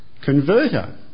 converter